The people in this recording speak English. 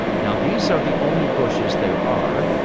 now these are the only bushes there are,